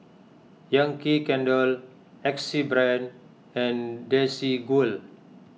Yankee Candle Axe Brand and Desigual